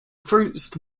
first